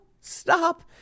stop